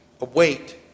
await